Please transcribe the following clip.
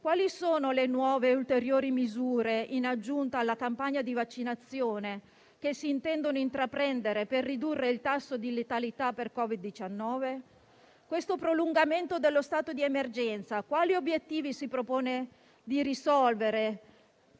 quali sono le nuove ulteriori misure, in aggiunta alla campagna di vaccinazione, che si intendono intraprendere per ridurre il tasso di mortalità per Covid-19. Questo prolungamento dello stato di emergenza quali obiettivi si propone di raggiungere